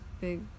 big